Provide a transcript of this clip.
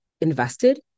invested